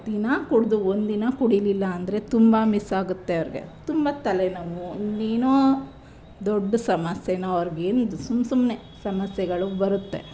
ದಿನಾ ಕುಡಿದು ಒಂದಿನ ಕುಡಿಲಿಲ್ಲಾಂದ್ರೆ ತುಂಬ ಮಿಸ್ಸಾಗುತ್ತೆ ಅವ್ರಿಗೆ ತುಂಬ ತಲೆನೋವು ಇನ್ನೇನೋ ದೊಡ್ಡ ಸಮಸ್ಯೆನೋ ಅವ್ರಿಗೇನು ಸುಮ್ಮ ಸುಮ್ಮನೆ ಸಮಸ್ಯೆಗಳು ಬರುತ್ತೆ